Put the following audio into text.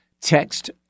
text